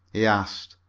he asked.